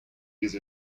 used